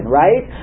right